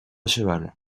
cheval